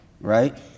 Right